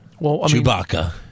Chewbacca